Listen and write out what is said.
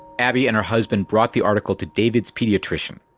abbey and her husband brought the article to david's pediatrician.